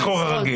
בתיחור הרגיל?